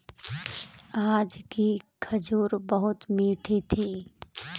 आज की खजूर बहुत मीठी थी